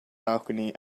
balcony